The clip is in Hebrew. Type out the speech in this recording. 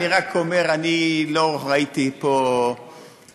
אני רק אומר: לא ראיתי פה,